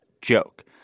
joke